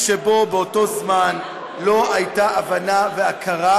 שבו באותו זמן לא הייתה הבנה והכרה